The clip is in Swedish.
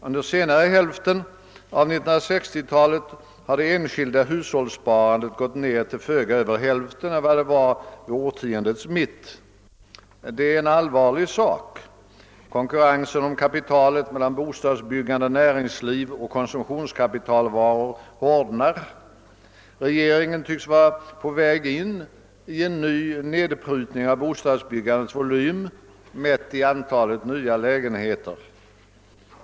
Under senare hälften av 1960-talet har det enskilda hushållssparandet gått ned till föga över hälften av vad det var vid århundradets mitt. Det är en allvarlig sak. Konkurrensen om kapitalet mellan bostadsbyggande och näringsliv och konsumtionskapitalvaror hårdnar. Regeringen tycks vara på väg in i en ny nedprutning av bostadsbyggandets volym mätt i antalet nya lägenheter.